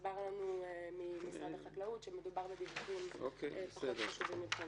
הוסבר לנו ממשרד החקלאות שמדובר בדיווחים פחות חשובים מבחינתם.